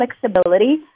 flexibility